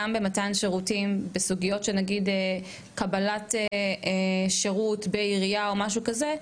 גם במתן שירותים בסוגיות של נגיד קבלת שירות בעירייה או משהו כזה,